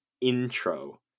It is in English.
intro